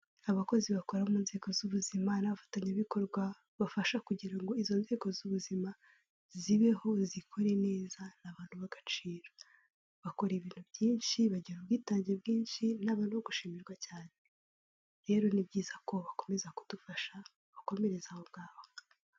Abakozi bakora mu nzego z'ubuzima n'abafatanyabikorwa bafasha kugira ngo izo nzego z'ubuzima zibeho zikore neza ni abantu b'agaciro, bakora ibintu byinshi, bagira ubwitange bwinshi ni abantu bo gushimirwa cyane. Rero ni byiza ko bakomeza kudufasha bakomereze aho ngaho.